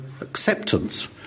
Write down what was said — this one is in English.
acceptance